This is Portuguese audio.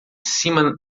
cima